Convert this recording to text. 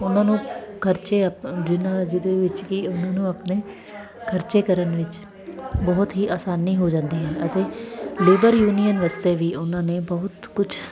ਉਹਨਾਂ ਨੂੰ ਖਰਚੇ ਆਪਾਂ ਜਿਹਨਾਂ ਜਿਹਦੇ ਵਿੱਚ ਕਿ ਉਹਨਾਂ ਨੂੰ ਆਪਣੇ ਖਰਚੇ ਕਰਨ ਵਿੱਚ ਬਹੁਤ ਹੀ ਆਸਾਨੀ ਹੋ ਜਾਂਦੀ ਹੈ ਅਤੇ ਲੀਡਰ ਯੂਨੀਅਨ ਵਾਸਤੇ ਵੀ ਉਹਨਾਂ ਨੇ ਬਹੁਤ ਕੁਛ